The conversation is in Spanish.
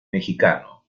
mexicano